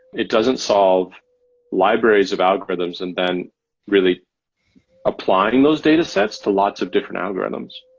it doesn't solve libraries of algorithms and then really applying those datasets to lots of different algorithms.